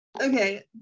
Okay